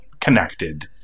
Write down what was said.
connected